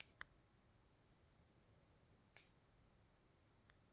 ಮೂಲಂಗಿನಾ ಬೈಲಸೇಮಿ ಮಂದಿ ಉಳಾಗಡ್ಯಾಗ ಅಕ್ಡಿಹಾಕತಾರ